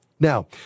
Now